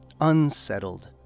unsettled